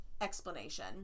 explanation